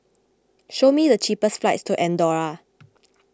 show me the cheapest flights to andorra